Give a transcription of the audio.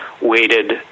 weighted